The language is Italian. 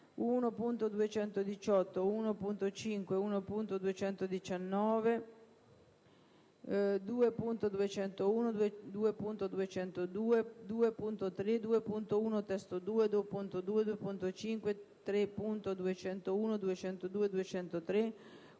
1.218, 1.5, 1.219, 2.201, 2.202, 2.3, 2.1 (testo 2), 2.2, 2.5, 3.201, 3.202, 3.203,